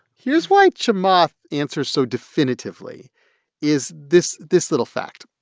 here's why chamath answers so definitively is this this little fact.